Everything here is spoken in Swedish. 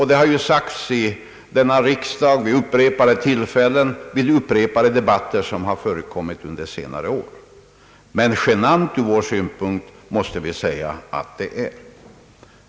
Det har också framhållits här i riksdagen vid upprepade debatter som förekommit under senare år. Men genant från svensk synpunkt måste vi säga att det är.